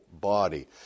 body